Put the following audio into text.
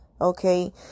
okay